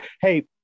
Hey